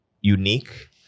unique